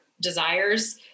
desires